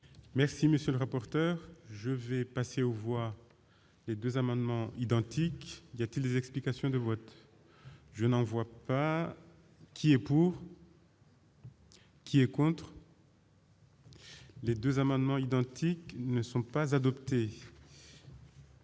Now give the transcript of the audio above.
Merci, monsieur le rapporteur, je vais passer aux voix les 2 amendements identiques, il y a-t-il des explications de vote, je n'en vois pas qui est pour. Les 2 amendements identiques, ils ne sont pas adoptées.